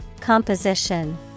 Composition